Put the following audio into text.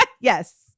Yes